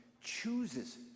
chooses